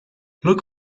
look